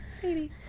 Sadie